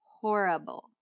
horrible